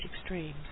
extremes